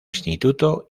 instituto